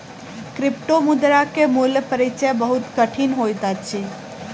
क्रिप्टोमुद्रा के मूल परिचय बहुत कठिन होइत अछि